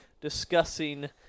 discussing